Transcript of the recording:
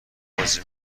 بازی